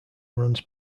runs